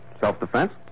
Self-defense